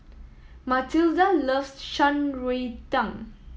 Matilda loves Shan Rui Tang